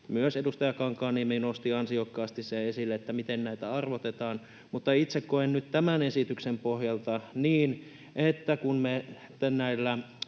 Myös edustaja Kankaanniemi nosti ansiokkaasti esille sen, miten näitä arvotetaan, mutta itse koen nyt tämän esityksen pohjalta niin, että kun me